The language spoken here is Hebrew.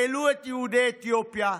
העלו את יהודי אתיופיה,